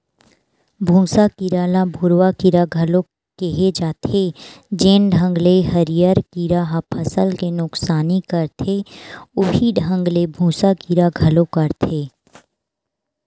भूँसा कीरा ल भूरूवा कीरा घलो केहे जाथे, जेन ढंग ले हरियर कीरा ह फसल के नुकसानी करथे उहीं ढंग ले भूँसा कीरा घलो करथे